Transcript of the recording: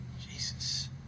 Jesus